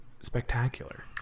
spectacular